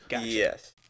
Yes